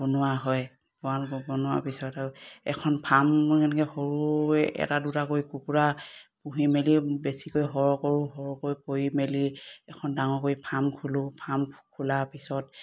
বনোৱা হয় গঁৰাল বনোৱাৰ পিছত আৰু এখন ফাৰ্ম এনেকে সৰু এটা দুটাকৈ কুকুৰা পুহি মেলি বেছিকৈ সৰহ কৰোঁ সৰহকৈ কৰি মেলি এখন ডাঙৰ কৰি ফাৰ্ম খোলোঁ ফাৰ্ম খোলাৰ পিছত